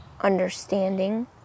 understanding